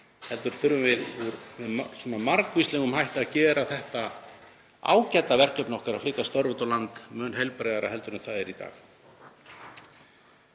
heldur þurfum við með margvíslegum hætti að gera þetta ágæta verkefni okkar, að flytja störf út á land, mun heilbrigðara en það er í dag.